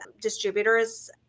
distributors